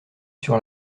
sur